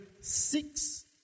six